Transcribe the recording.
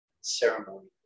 ceremony